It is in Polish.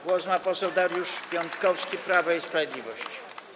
Głos ma poseł Dariusz Piontkowski, Prawo i Sprawiedliwość.